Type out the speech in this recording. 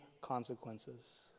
consequences